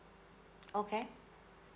okay